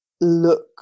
look